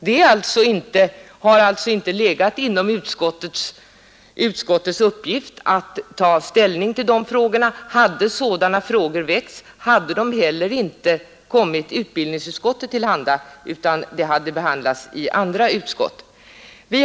Det har alltså inte legat inom utskottets uppgift att ta ställning till de frågorna; hade sådana frågor väckts, hade de inte heller kommit till utbildningsutskottet utan de skulle ha behandlats i annat utskott.